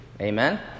Amen